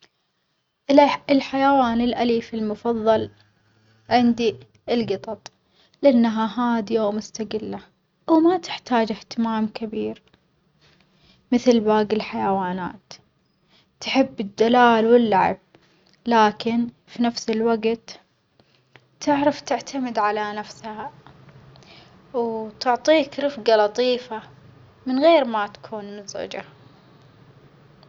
الح الحيوان الأليف المفظل عندي الجطط، لأنها هادية ومستجلة وما تحتاج إهتمام كبير مثل باجي الحيوانات، تحب الدلال واللعب لكن في نفس الوجت تعرف تعتمد على نفسها وتعطيك رفجة لطيفة من غير ما تكون مزعجة.